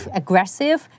aggressive